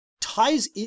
ties